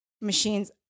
machines